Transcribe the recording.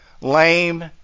lame